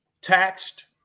taxed